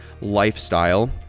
lifestyle